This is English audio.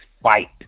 fight